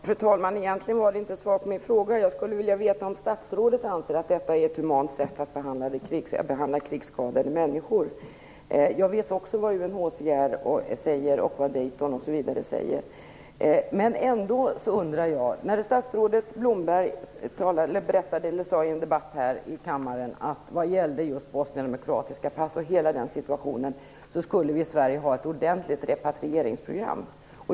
Fru talman! Egentligen fick jag inte svar på min fråga. Jag skulle vilja veta om statsrådet anser att detta är ett humant sätt att behandla krigsskadade människor på. Också jag vet vad UNHCR säger och vad som sägs i Daytonavtalet. Ändå är det en sak som jag undrar över. När det gäller bosnier med kroatiska pass och deras situation sade statsrådet Blomberg här i kammare att vi i Sverige skulle ha ett ordentligt repatrieringsprogram.